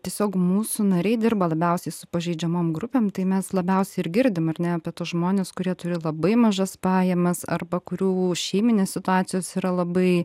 tiesiog mūsų nariai dirba labiausiai su pažeidžiamom grupėm tai mes labiausiai ir girdim ar ne apie tuos žmones kurie turi labai mažas pajamas arba kurių šeiminės situacijos yra labai